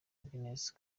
agnes